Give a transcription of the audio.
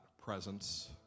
presence